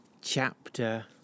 chapter